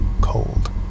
cold